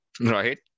Right